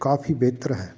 ਕਾਫ਼ੀ ਬਿਹਤਰ ਹੈ